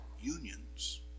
unions